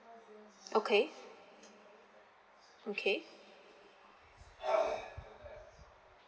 okay okay